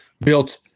built